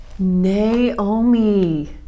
Naomi